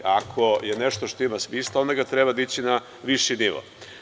Ako je nešto što ima smisla, onda ga treba dići na viši nivo.